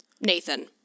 Nathan